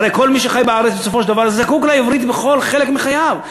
הרי כל מי שחי בארץ בסופו של דבר זקוק לעברית בכל חלק מחייו.